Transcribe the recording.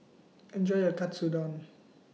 Enjoy your Katsudon